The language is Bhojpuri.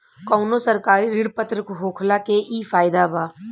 कवनो सरकारी ऋण पत्र होखला के इ फायदा बा